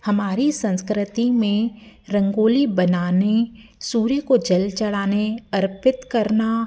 हमारी संस्कृति में रंगोली बनाने सूर्य को जल चढ़ाना अर्पित करना